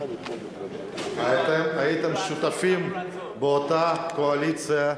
אתם הייתם שותפים באותה קואליציה,